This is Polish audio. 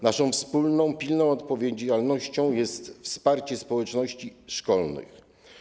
Naszą wspólną pilną odpowiedzialnością jest wsparcie społeczności szkolnych.